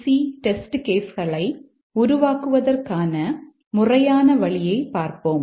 C test case களை உருவாக்குவதற்கான முறையான வழியைப் பார்ப்போம்